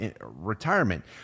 retirement